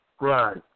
Right